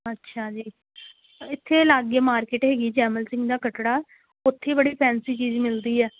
ਅੱਛਾ ਜੀ ਇੱਥੇ ਲਾਗੇ ਮਾਰਕੀਟ ਹੈਗੀ ਜੈਮਲ ਸਿੰਘ ਦਾ ਕਟੜਾ ਉੱਥੇ ਬੜੀ ਫੈਂਸੀ ਚੀਜ਼ ਮਿਲਦੀ ਹੈ